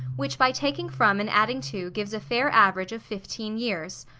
which by taking from and adding to, gives a fair average of fifteen years.